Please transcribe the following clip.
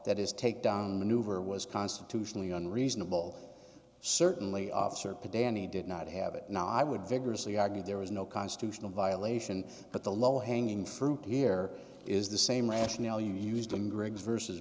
that is take down the new verb was constitutionally unreasonable certainly officer pedantically did not have it now i would vigorously argue there was no constitutional violation but the low hanging fruit here is the same rationale you used in greg's versus